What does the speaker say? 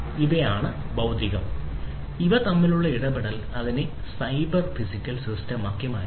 ഇതാണ് ഭൌതിക ഇടം അവ തമ്മിലുള്ള ഇടപെടൽ അതിനെ സൈബർ ഫിസിക്കൽ സിസ്റ്റമാക്കി മാറ്റും